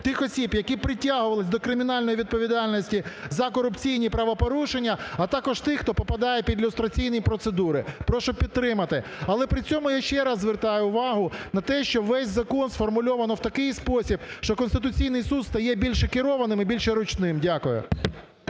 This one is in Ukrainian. тих осіб, які притягувались до кримінальної відповідальності за корупційні правопорушення, а також тих, хто попадає під люстраційні процедури. Прошу підтримати. Але при цьому я ще раз звертаю увагу на те, що весь закон сформульовано в такий спосіб, що Конституційний Суд стає більш керованим і більш ручним. Дякую.